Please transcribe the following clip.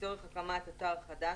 לצורך הקמת אתר חדש,